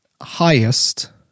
highest